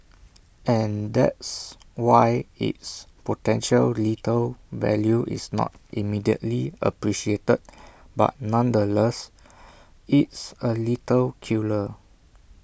and that's why its potential lethal value is not immediately appreciated but nonetheless it's A lethal killer